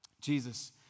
Jesus